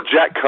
Jack